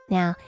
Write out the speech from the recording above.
Now